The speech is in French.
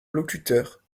locuteurs